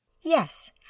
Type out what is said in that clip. Yes